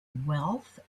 wealth